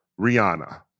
Rihanna